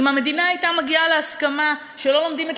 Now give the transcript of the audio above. אם המדינה הייתה מגיעה להסכמה שלא לומדים את